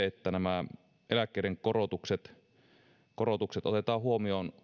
että nämä eläkkeiden korotukset korotukset otetaan huomioon